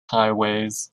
highways